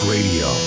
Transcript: Radio